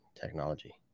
technology